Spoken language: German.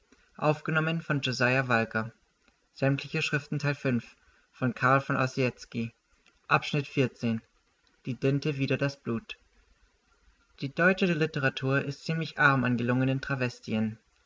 die dinte wider das blut die deutsche literatur ist ziemlich arm an gelungenen